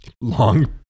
Long